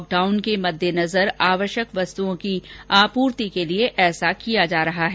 lockdown के मद्देनजर आवश्यक वस्तुओं की आपूर्ति के लिए ऐसा किया जा रहा है